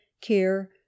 care